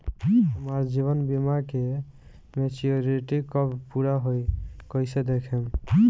हमार जीवन बीमा के मेचीयोरिटी कब पूरा होई कईसे देखम्?